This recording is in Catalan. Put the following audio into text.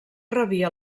rebia